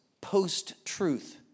post-truth